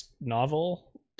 novel